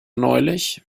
neulich